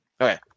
okay